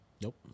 Nope